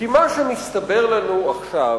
כי מה שמסתבר לנו עכשיו